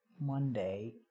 Monday